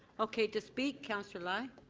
okay to speak, councillor lai.